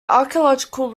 archeological